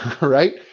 right